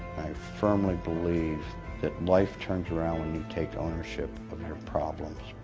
firmly believe that life turns around when you take ownership of your problems.